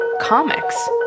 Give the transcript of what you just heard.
comics